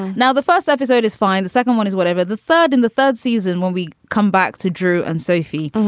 and now, the first episode is fine. the second one is whatever the third and the third season. when we come back to drew and sophie,